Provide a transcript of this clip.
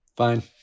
fine